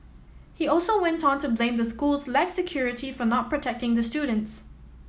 he also went on to blame the school's lax security for not protecting the students